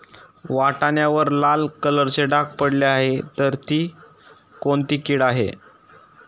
वाटाण्यावर लाल कलरचे डाग पडले आहे तर ती कोणती कीड आहे?